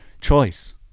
choice